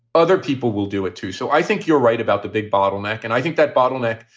other people will do it, too. so i think you're right about the big bottleneck and i think that bottleneck.